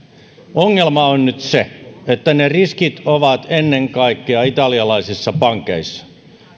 ongelma on nyt se että ne riskit ovat ennen kaikkea italialaisissa pankeissa ja